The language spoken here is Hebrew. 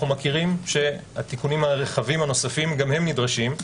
התיקונים הרחבים הנוספים גם הם נדרשים.